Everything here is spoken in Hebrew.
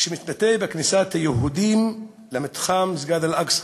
שמתבטא בכניסת יהודים למתחם מסגד אל-אקצא.